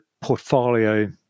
portfolio